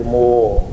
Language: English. more